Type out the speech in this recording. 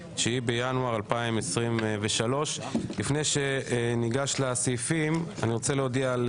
9 בינואר 2023. לפני שניגש לסעיפים אני רוצה להודיע על